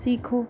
सीखो